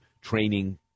training